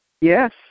Yes